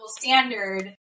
standard